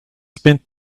spent